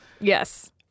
yes